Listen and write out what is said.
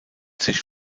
sich